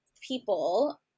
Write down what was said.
people